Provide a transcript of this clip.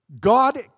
God